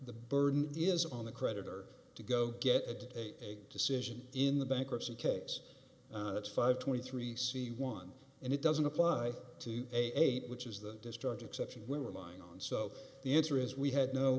the burden is on the creditor to go get a decision in the bankruptcy case it's five twenty three c one and it doesn't apply to eight which is the destruction exception when lying and so the answer is we had no